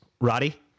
Roddy